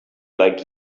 like